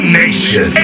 nation